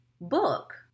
book